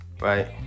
Right